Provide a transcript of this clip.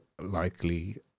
likely